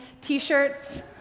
t-shirts